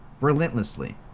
relentlessly